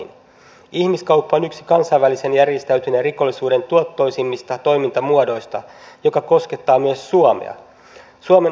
ihmiskauppa on yksi kansainvälisen järjestäytyneen rikollisuuden tuottoisimmista toimintamuodoista joka koskettaa myös suomea